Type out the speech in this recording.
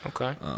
okay